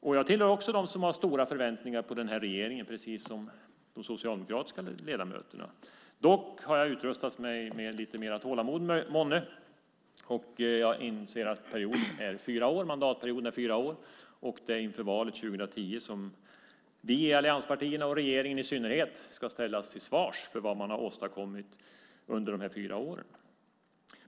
Också jag är en av dem som har stora förväntningar på den här regeringen, alltså precis som de socialdemokratiska ledamöterna. Dock har jag måhända utrustats med lite mer tålamod. Jag inser att mandatperioden är fyra år. Det är inför valet 2010 som vi i allianspartierna i allmänhet och regeringen i synnerhet ska ställas till svars för vad som åstadkommits under de fyra åren.